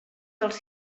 dels